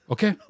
Okay